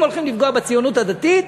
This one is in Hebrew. אם הולכים לפגוע בציונות הדתית,